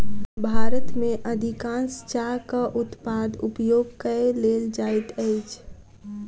भारत में अधिकाँश चाहक उत्पाद उपयोग कय लेल जाइत अछि